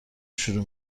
شروع